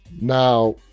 Now